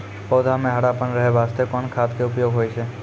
पौधा म हरापन रहै के बास्ते कोन खाद के उपयोग होय छै?